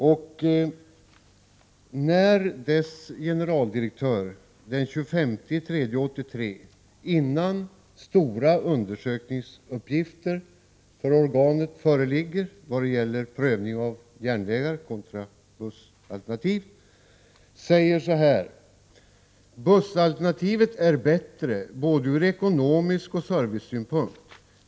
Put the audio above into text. Transportrådets generaldirektör sade den 25 mars 1983, innan organet skulle företa en stor undersökning för att pröva alternativen järnvägstrafik kontra busstrafik: Bussalternativet är bättre både ur ekonomisk synvinkel och från servicesynpunkt.